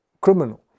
criminal